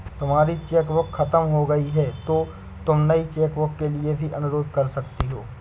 तुम्हारी चेकबुक खत्म हो गई तो तुम नई चेकबुक के लिए भी अनुरोध कर सकती हो